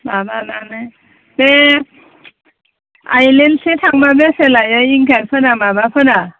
माबानानै बे आइलेण्डसे थांबा बेसे लायो उइंगारफोरा माबाफोरा